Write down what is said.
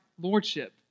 lordship